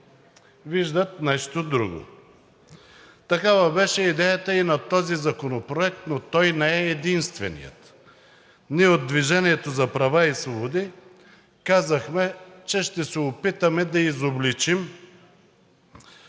виждат нещо друго. Такава беше идеята и на този законопроект, но той не е единственият. Ние от „Движение за права и свободи“ казахме, че ще се опитаме да изобличим